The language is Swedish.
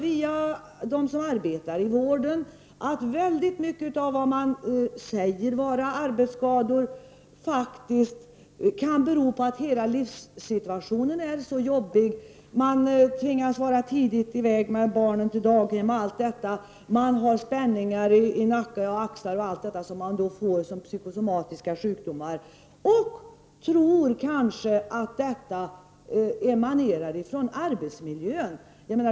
Från dem som arbetar inom vården har jag hört att många av de skador som sägs vara arbetsskador faktiskt kan vara besvär orsakade av att hela livssituationen är jobbig för en del människor. Människor tvingas kanske ge sig i väg tidigt på morgnarna med barnen till daghem, m.m. De får då t.ex. spänningar i nacke och axlar eller andra psykosomatiska sjukdomar och tror att dessa besvär emanerar från arbetsmiljön.